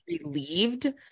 relieved